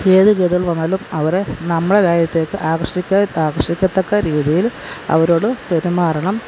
ഏത് ഗൈഡുകള് വന്നാലും അവരെ നമ്മുടെ രാജ്യത്തേക്ക് ആകര്ഷിക്കത്തക്ക രീതിയില് അവരോട് പെരുമാറണം